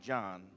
John